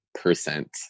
percent